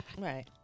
Right